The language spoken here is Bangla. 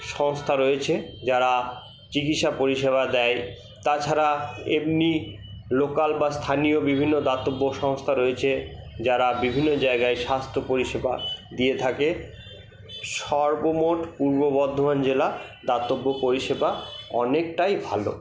সংস্থা রয়েছে যারা চিকিৎসা পরিষেবা দেয় তাছাড়া এমনি লোকাল বা স্থানীয় বিভিন্ন দাতব্য সংস্থা রয়েছে যারা বিভিন্ন জায়গায় স্বাস্থ্য পরিষেবা দিয়ে থাকে সর্বমোট পূর্ব বর্ধমান জেলা দাতব্য পরিষেবা অনেকটাই ভালো